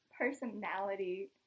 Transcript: personality